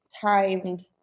timed